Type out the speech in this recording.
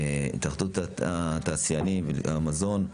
התאחדות תעשייני המזון,